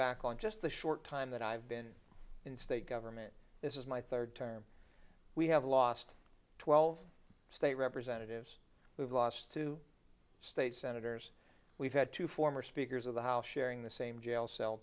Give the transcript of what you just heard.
back on just the short time that i've been in state government this is my third term we have lost twelve state representatives we've lost two state senators we've had two former speakers of the house sharing the same jail cell